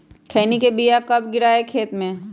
खैनी के बिया कब गिराइये खेत मे?